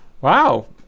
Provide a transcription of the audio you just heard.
Wow